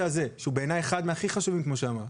הזה שהוא בעיני אחד מהכי חשובים כמו שאמרת.